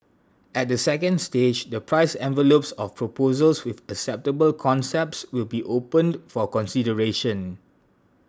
at the second stage the price envelopes of proposals with acceptable concepts will be opened for consideration